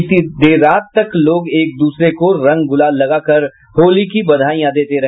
बीती देर रात तक लोग एक द्रसरे को रंग गुलाल लगाकर होली की बधाईयां देते रहे